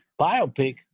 biopic